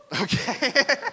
Okay